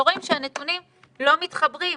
ורואים שהנתונים לא מתחברים.